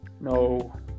No